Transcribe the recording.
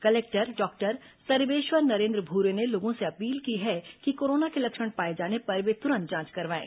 collector doctor Sarveshwar Narendra Bhure ने लोगों से अपील की है कि कोरोना के लक्षण पाए जाने पर वे तुरंत जांच करवाएं